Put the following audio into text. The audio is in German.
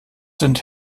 sind